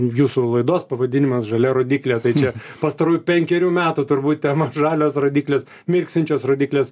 jūsų laidos pavadinimas žalia rodyklė tai čia pastarųjų penkerių metų turbūt tema žalios rodyklės mirksinčios rodyklės